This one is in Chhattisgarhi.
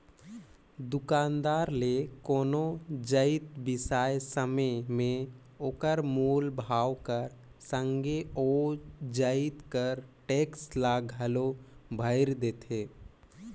दुकानदार ले कोनो जाएत बिसाए समे में ओकर मूल भाव कर संघे ओ जाएत कर टेक्स ल घलो भइर देथे